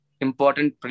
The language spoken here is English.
important